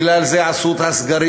בגלל זה עשו את הסגרים,